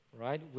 right